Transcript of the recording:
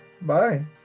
Bye